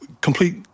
complete